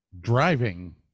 driving